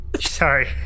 Sorry